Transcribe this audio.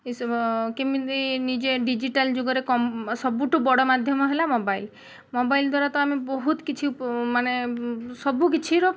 ଏଇସବୁ କେମିତି ନିଜେ ଡିଜିଟାଲ୍ ଯୁଗରେ କମ୍ ସବୁଠୁ ବଡ଼ ମାଧ୍ୟମ ହେଲା ମୋବାଇଲ ମୋବାଇଲ ଦ୍ୱାରା ତ ଆମେ ବହୁତ କିଛିମାନେ ସବୁକିଛିର